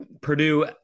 Purdue